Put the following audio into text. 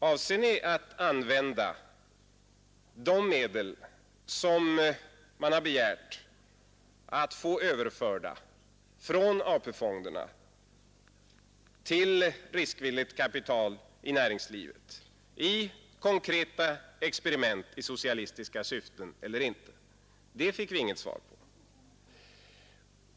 Avser ni att använda de medel som man har begärt att få överförda från AP-fonderna till riskvilligt kapital i näringslivet i konkreta experiment i socialistiska syften eller inte? Det fick vi inget svar på.